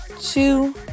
two